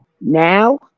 Now